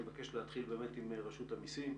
אני מבקש להתחיל עם רשות המיסים,